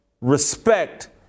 respect